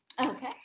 Okay